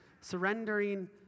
Surrendering